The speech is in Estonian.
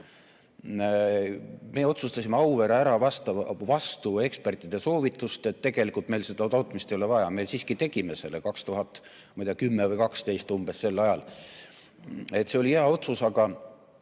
Meie otsustasime Auvere ära vastu ekspertide soovitust, et tegelikult meil seda tootmist ei ole vaja. Me siiski tegime selle, ma ei tea, 2010 või 2012, umbes sel ajal. See oli hea otsus, aga